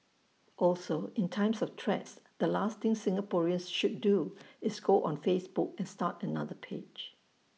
also in times of threats the last thing Singaporeans should do is go on Facebook and start another page